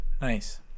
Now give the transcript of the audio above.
Nice